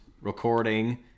recording